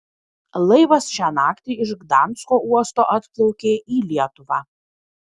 laivas šią naktį iš gdansko uosto atplaukė į lietuvą